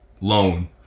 loan